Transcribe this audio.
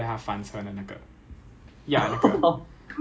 因为 armour 会去 Germany 的 mah cadets 一定会去 Germany 的